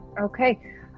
Okay